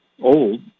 old